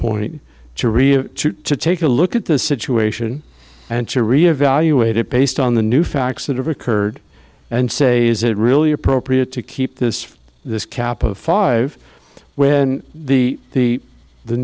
point to really take a look at the situation and to re evaluate it based on the new facts that have occurred and say is it really appropriate to keep this this cap of five when the the the